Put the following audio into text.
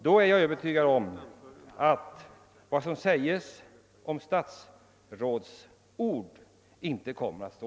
Jag är övertygad om att vad som sägs som statsrådsord i så fall inte kommer att stå